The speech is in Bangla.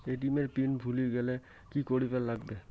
এ.টি.এম এর পিন ভুলি গেলে কি করিবার লাগবে?